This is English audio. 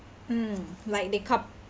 mm like they cup